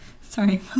Sorry